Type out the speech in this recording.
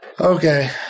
okay